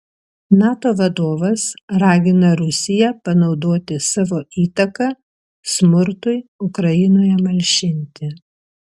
nato vadovas ragina rusiją panaudoti savo įtaką smurtui ukrainoje malšinti